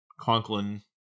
Conklin